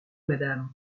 madame